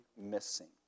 missing